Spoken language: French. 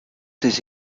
ses